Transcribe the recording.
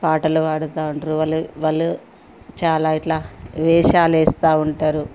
పాటలు పాడతా ఉంటారు వాళ్ళు వాళ్ళు చాలా ఇట్లా వేషాలేస్తూ ఉంటారు